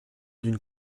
d’une